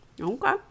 Okay